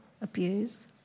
Abuse